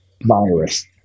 virus